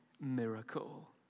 miracle